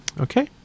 Okay